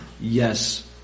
yes